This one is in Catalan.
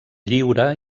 lliure